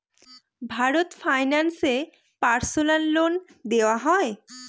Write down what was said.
Bharat finance এ personal loan দেওয়া হয়?